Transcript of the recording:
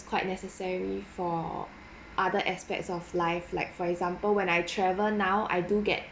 quite necessary for other aspects of life like for example when I travel now I do get